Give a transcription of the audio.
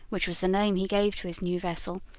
which was the name he gave to his new vessel,